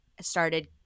started